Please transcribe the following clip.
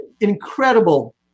incredible